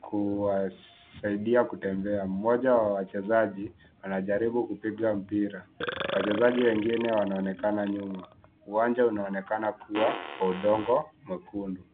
kuwasaidia kutembea. Mmoja wa wachezaji anajaribu kupiga mpira. Wachezaji wengine wanaonekana nyuma. Uwanja unaonekana kuwa wa udongo mwekundu.